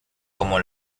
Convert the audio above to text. como